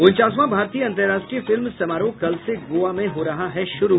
उनचासवां भारतीय अंतरराष्ट्रीय फिल्म समारोह कल से गोवा में हो रहा है शुरू